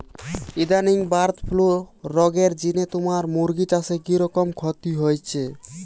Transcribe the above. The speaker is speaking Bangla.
ইদানিং বারদ ফ্লু রগের জিনে তুমার মুরগি চাষে কিরকম ক্ষতি হইচে?